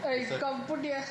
a couple dear